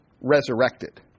resurrected